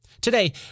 Today